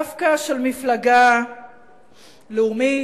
דווקא של מפלגה לאומית,